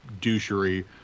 douchery